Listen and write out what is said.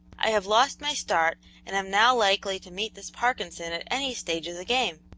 i have lost my start and am now likely to meet this parkinson at any stage of the game.